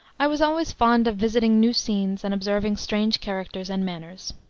i was always fond of visiting new scenes and observing strange characters and manners.